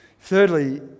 Thirdly